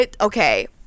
Okay